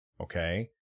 okay